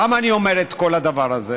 למה אני אומר את כל הדבר הזה?